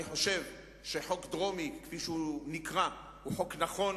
אני חושב שחוק דרומי, כמו שהוא נקרא, הוא חוק נכון